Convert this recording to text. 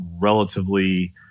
relatively